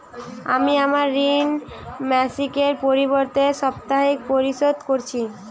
আমি আমার ঋণ মাসিকের পরিবর্তে সাপ্তাহিক পরিশোধ করছি